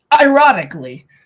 Ironically